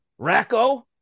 Racco